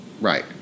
right